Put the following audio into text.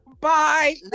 Bye